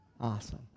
Awesome